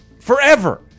Forever